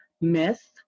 myth